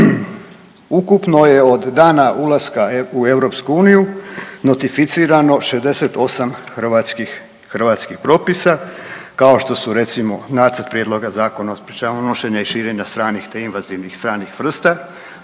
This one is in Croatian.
Ukupno je od dana ulaska u EU notificirano 68 hrvatskih, hrvatskih propisa, kao što su recimo nacrt prijedloga Zakona od sprječavanja, nošenja i širenja te invazivnih stranih vrsta,